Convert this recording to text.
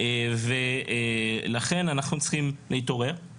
אני שואל אם הוא גזען, אם הוא נגד תפילת יהודים?